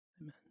Amen